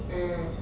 mm